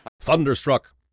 Thunderstruck